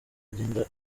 agenda